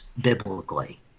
biblically